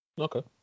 Okay